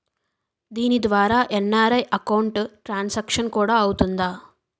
దీని ద్వారా NRI account transaction కూడా అవుతుందా?